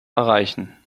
erreichen